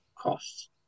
costs